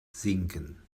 sinken